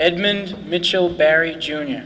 edmund mitchell barry junior